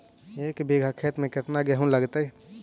एक बिघा खेत में केतना गेहूं लगतै?